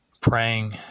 praying